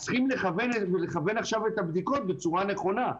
אז צריכים לכוון עכשיו את הבדיקות בצורה נכונה.